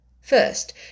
First